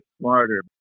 smarter